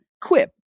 Quip